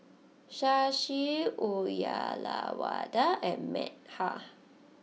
Shashi Uyyalawada and Medha